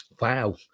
wow